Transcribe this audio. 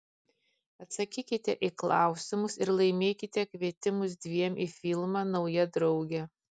atsakykite į klausimus ir laimėkite kvietimus dviem į filmą nauja draugė